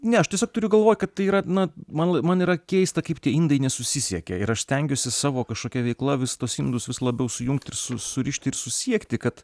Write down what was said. ne aš tiesiog turiu galvoj kad tai yra na man man yra keista kaip tie indai nesusisiekia ir aš stengiuosi savo kažkokia veikla vis tuos indus vis labiau sujungt ir su surišti ir susiekti kad